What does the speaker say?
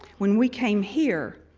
when we came here,